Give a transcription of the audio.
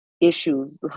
issues